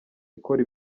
ikora